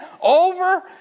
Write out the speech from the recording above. over